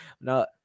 no